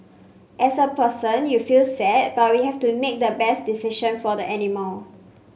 as a person you feel sad but we have to make the best decision for the animal